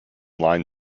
line